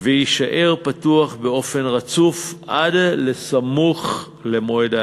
ויישאר פתוח באופן רצוף עד סמוך למועד האספה.